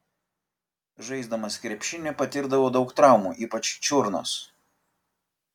žaisdamas krepšinį patirdavau daug traumų ypač čiurnos